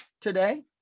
today